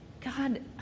God